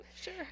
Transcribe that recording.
sure